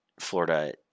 Florida